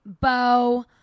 Bo